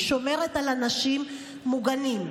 היא שומרת על האנשים מוגנים.